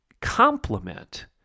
complement